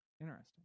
Interesting